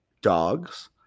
dogs